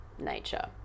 nature